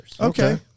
Okay